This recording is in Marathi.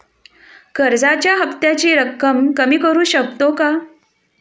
कर्जाच्या हफ्त्याची रक्कम कमी करू शकतो का?